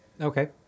Okay